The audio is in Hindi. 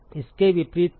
इसके विपरीत क्या है